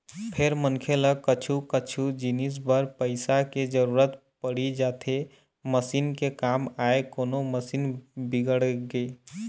फेर मनखे ल कछु कछु जिनिस बर पइसा के जरुरत पड़ी जाथे मसीन के काम आय कोनो मशीन बिगड़गे